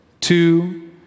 Two